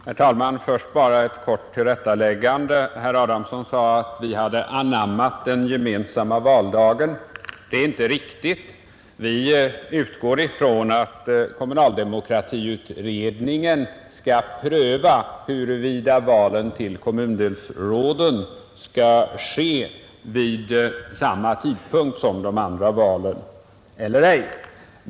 Herr talman! Först vill jag göra ett kort tillrättaläggande. Herr Adamsson sade att vi hade anammat den gemensamma valdagen. Det är inte riktigt. Vi utgår ifrån att kommunaldemokratiutredningen skall pröva huruvida valen till kommundelsråden skall ske vid samma tidpunkt som de andra valen eller ej.